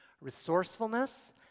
resourcefulness